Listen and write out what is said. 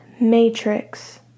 Matrix